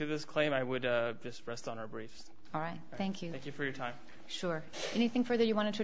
of this claim i would just rest on our briefs all right thank you thank you for your time sure anything for that you want to